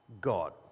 God